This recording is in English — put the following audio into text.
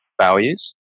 values